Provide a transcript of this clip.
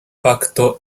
pacto